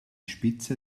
spitze